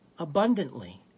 abundantly